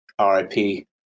RIP